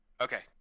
Okay